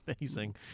amazing